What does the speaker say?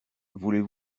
voulez